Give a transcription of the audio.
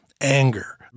anger